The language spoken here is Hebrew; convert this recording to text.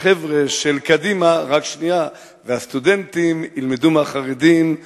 והחבר'ה של קדימה והסטודנטים ילמדו מהחרדים,